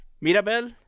Mirabel